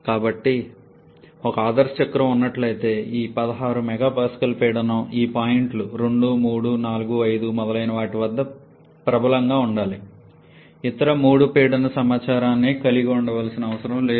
కాబట్టి ఒక ఆదర్శ చక్రం ఉన్నట్లయితే ఈ 16 MPa పీడనం ఈ పాయింట్లు 2 3 4 5 మొదలైన వాటి వద్ద ప్రబలంగా ఉండాలి ఇతర మూడు పీడన సమాచారాన్ని కలిగి ఉండవలసిన అవసరం లేదు